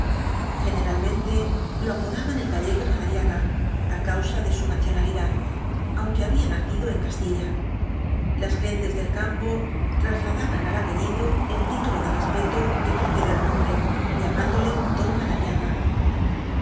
generalmente lo apodaban el gallego madariaga á causa de su nacionalidad aunque había nacido en castilla las gentes del campo trasladaban al apellido título de respeto que precede al nombre llamándole don madariaga